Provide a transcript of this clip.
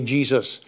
Jesus